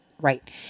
right